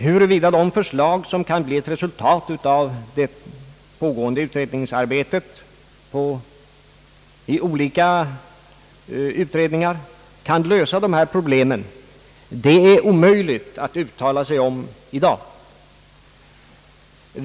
Huruvida de förslag som kan bli ett resultat av det pågående utredningsarbetet inom olika utredningar kan lösa dessa problem är omöjligt att uttala sig om i dag.